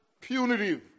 punitive